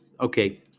Okay